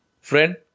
Friend